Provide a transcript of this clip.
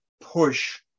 push